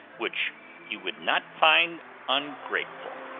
which you would not find ungrateful.